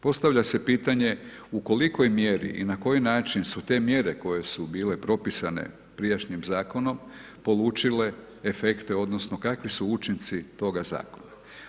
Postavlja se pitanje u kolikoj mjeri i na koji način su te mjere koje su bile propisane prijašnjim zakonom polučile efekte, odnosno kakvu su učinci toga zakona.